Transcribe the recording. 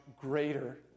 greater